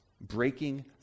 breaking